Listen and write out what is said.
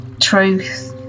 truth